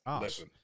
Listen